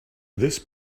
this